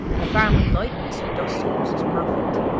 and the family likeness of dust-heaps is perfect.